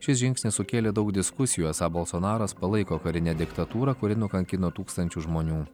šis žingsnis sukėlė daug diskusijų esą bolsonaras palaiko karinę diktatūrą kuri nukankino tūkstančius žmonių